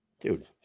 Dude